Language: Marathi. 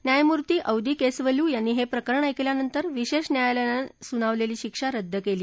न्यायमूर्ती औदीकेसवलू यांनी हे प्रकरण ऐकल्यानंतर विशेष न्यायालयानं सुनावलेली शिक्षा रद्द केली